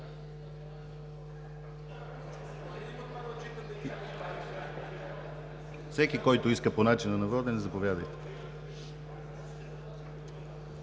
Всеки, който иска по начина на водене – заповядайте!